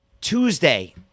Tuesday